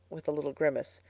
with a little grimace.